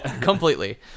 Completely